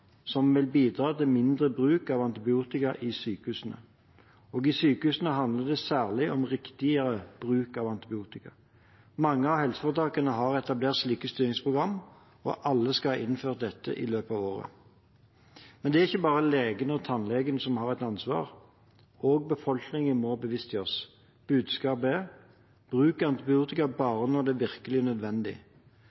som vil bidra til mindre bruk av antibiotika i sykehusene. I sykehusene handler det særlig om riktigere bruk av antibiotika. Mange av helseforetakene har etablert slike styringsprogram, og alle skal ha innført dette i løpet av året. Men det er ikke bare legene og tannlegene som har et ansvar, også befolkningen må bevisstgjøres. Budskapet er: Bruk antibiotika